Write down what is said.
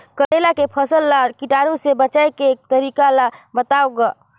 करेला कर फसल ल कीटाणु से बचाय के तरीका ला बताव ग?